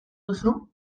duzu